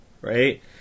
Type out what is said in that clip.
right